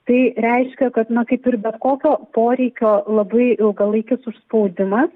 tai reiškia kad na kaip ir bet kokio poreikio labai ilgalaikis užspaudimas